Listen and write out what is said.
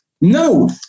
No